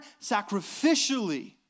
sacrificially